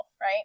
right